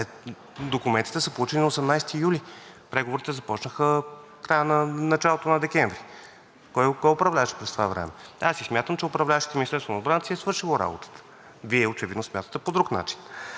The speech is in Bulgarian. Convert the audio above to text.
Документите са получени на 18 юли, преговорите започнаха началото на декември. Кой управляваше през това време? Аз смятам, че управляващите в Министерството на отбраната са си свършили работата. Вие очевидно смятате по друг начин.